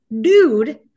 dude